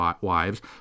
wives